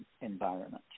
environment